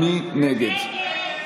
למנהגים